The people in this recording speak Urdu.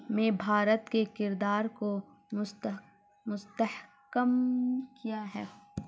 میں بھارت کے کردار کو مست مستحکم کیا ہے